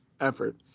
Effort